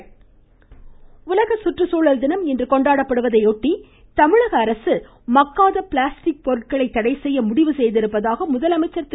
முதலமைச்சர் உலக சுற்றுச்சூழல் தினம் இன்று கொண்டாடப்படுவதையொட்டி தமிழக அரசு மக்காத பிளாஸ்டிக் பொருட்களை தடைசெய்ய முடிவு செய்திருப்பதாக முதலமைச்சர் திரு